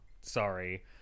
sorry